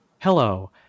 Hello